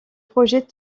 projet